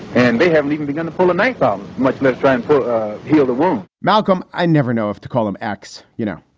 and they haven't even begun to pull a knife. um like let's try and heal the wounds malcolm, i never know if to call him x, you know,